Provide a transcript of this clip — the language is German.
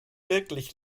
wirklich